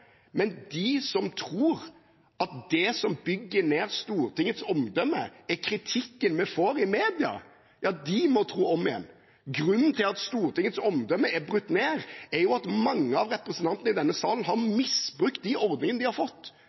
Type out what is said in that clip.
men de som tror at det som bygger ned Stortingets omdømme, er kritikken vi får i media, de må tro om igjen. Grunnen til at Stortingets omdømme er brutt ned, er jo at mange av representantene i denne salen har misbrukt de ordningene de har fått.